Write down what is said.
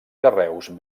carreus